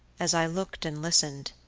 as i looked and listened,